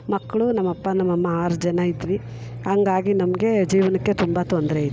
ಮಕ್ಕಳು ನಮ್ಮಪ್ಪ ನಮ್ಮಮ್ಮ ಆರು ಜನ ಇದ್ವಿ ಹಂಗಾಗಿ ನಮಗೆ ಜೀವನಕ್ಕೆ ತುಂಬ ತೊಂದರೆ ಇತ್ತು